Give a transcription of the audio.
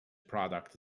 product